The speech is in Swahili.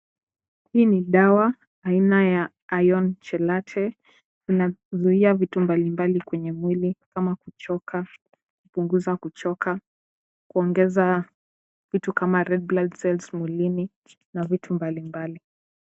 Hii ni dawa aina ya Ion chelache. Inazuia vitu mbalimbali kwenye mwili kama kuchoka, kupunguza kuchoka, kuongeza vitu kama red blood cells mwilini na vitu mbalimbali.